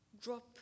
Drop